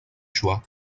choix